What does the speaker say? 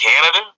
Canada